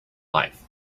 life